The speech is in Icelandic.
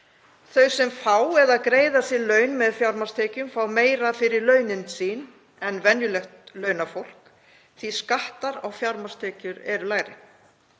Þau sem fá eða greiða sér laun með fjármagnstekjum fá meira fyrir launin sín en venjulegt launafólk því skattar á fjármagnstekjur eru lægri.